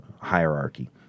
hierarchy